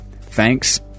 Thanks